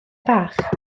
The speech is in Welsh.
bach